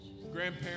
Grandparents